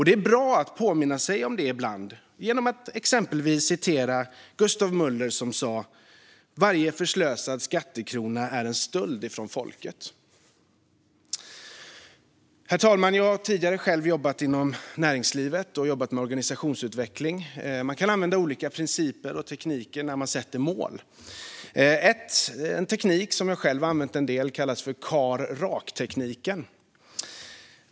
Det är bra att påminna sig om detta ibland genom att exempelvis citera Gustav Möller, som lär ha sagt: Varje förslösad skattekrona är en stöld från folket. Herr talman! Jag har själv tidigare jobbat inom näringslivet med organisationsutveckling. Man kan använda olika principer och tekniker när man sätter mål. En teknik som jag själv har använt en del kallas för KAR-RAK-tekniken.